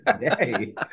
today